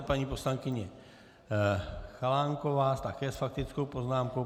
Paní poslankyně Chalánková také s faktickou poznámkou.